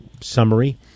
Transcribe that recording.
summary